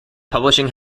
publishing